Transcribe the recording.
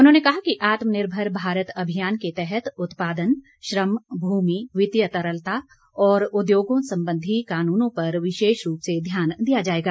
उन्होंने कहा कि आत्मनिर्भर भारत अभियान के तहत उत्पादन श्रम भूमि वित्तीय तरलता और उद्योगों संबंधी कानूनों पर विशेष रूप से ध्यान दिया जाएगा